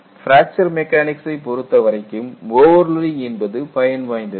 fracture மெக்கானிக்சை பொருத்தவரைக்கும் overloading என்பது பயன் வாய்ந்தது